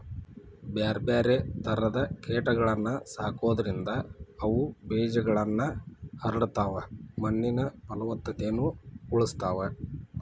ಬ್ಯಾರ್ಬ್ಯಾರೇ ತರದ ಕೇಟಗಳನ್ನ ಸಾಕೋದ್ರಿಂದ ಅವು ಬೇಜಗಳನ್ನ ಹರಡತಾವ, ಮಣ್ಣಿನ ಪಲವತ್ತತೆನು ಉಳಸ್ತಾವ